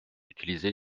utiliser